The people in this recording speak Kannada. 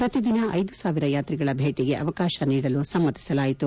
ಪ್ರತಿದಿನ ಐದು ಸಾವಿರ ಯಾತ್ರಿಗಳ ಭೇಟಿಗೆ ಅವಕಾಶ ನೀಡಲು ಸಮ್ನತಿಸಲಾಯಿತು